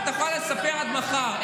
את יכולה לספר עד מחר.